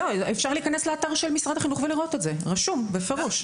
אפשר להיכנס לאתר של משרד החינוך ולראות שזה רשום בפירוש.